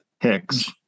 hicks